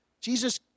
Jesus